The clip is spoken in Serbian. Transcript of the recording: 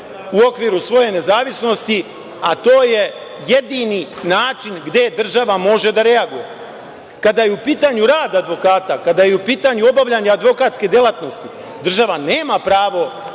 u okviru svoje nezavisnosti, a to je jedini način gde država može da reaguje. Kada je u pitanju rad advokata, kada je u pitanju obavljanje advokatske delatnosti, država nema pravo